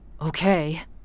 Okay